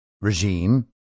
regime